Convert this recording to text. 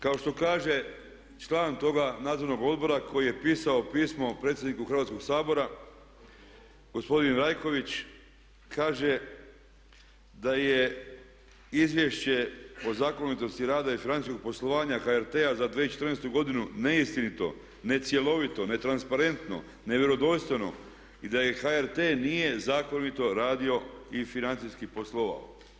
Kao što kaže član tog Nadzornog odbora koji je pisao pismo predsjedniku Hrvatskoga sabora, gospodin Rajković kaže da je izvješće o zakonitosti rada i financijskog poslovanja HRT-a za 2014. neistinito, necjelovito, netransparentno, nevjerodostojno i da HRT nije zakonito radio i financijski poslovao.